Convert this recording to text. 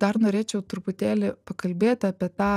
dar norėčiau truputėlį pakalbėt apie tą